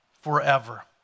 forever